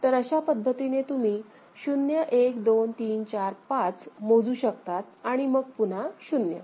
तर अशा पद्धतीने तुम्ही 0 1 2 3 4 5 मोजू शकता आणि मग पुन्हा 0